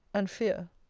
and fear.